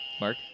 Mark